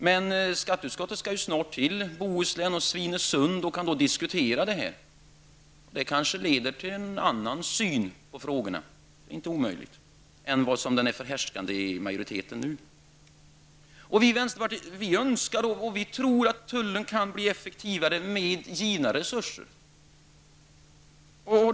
Men skatteutskottet skall ju snart resa till Bohuslän och Svinesund, och man kan då diskutera detta. Det kanske leder till en annan syn på frågan än den som nu är förhärskande hos majoriteten. Vi i vänsterpartiet önskar och tror att tullen kan bli effektivare med givna resurser.